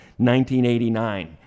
1989